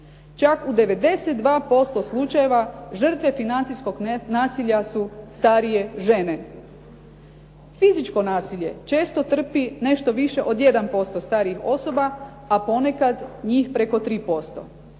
Čak u 92% slučajeva žrtve financijskog nasilja su starije žene. Fizičko nasilje često trpi nešto više od 1% starijih osoba a ponekad njih preko 3%.